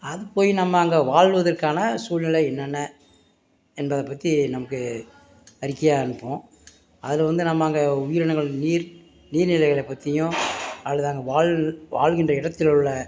அது போய் நம்ம அங்கே வாழ்வதற்கான சூழ்நிலை என்னென்ன என்பதை பற்றி நமக்கு அறிக்கையாக அனுப்பும் அதில் வந்து நம்ம அங்கே உயிரினங்கள் நீர் நீர் நிலைகளை பற்றியும் அதில் நாம வாழ் வாழ்கின்ற இடத்தில் உள்ள